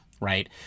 Right